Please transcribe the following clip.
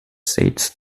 states